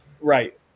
right